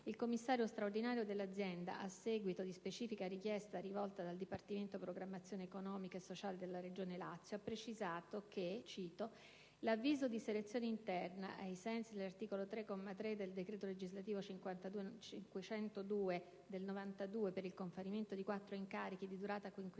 il commissario straordinario dell'azienda, a seguito di specifica richiesta rivolta dal dipartimento programmazione economica e sociale della Regione Lazio, ha precisato che «l'avviso di selezione interna, ai sensi dell'articolo 3-*sexies*, comma 3, del decreto legislativo n. 502 del 1992 (...) per il conferimento di n. 4 incarichi, di durata quinquennale,